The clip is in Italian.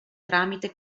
tramite